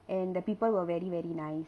and the people were very very nice